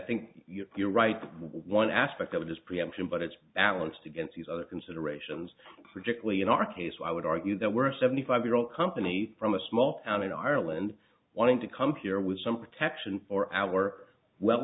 you're you're right one aspect of this preemption but it's balanced against these other considerations critically in our case i would argue that we're seventy five year old company from a small town in ireland wanting to come here with some protection for our well